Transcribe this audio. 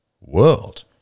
world